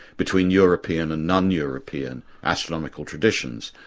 between european and non-european astronomical traditions,